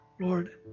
Lord